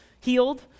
healed